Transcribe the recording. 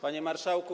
Panie Marszałku!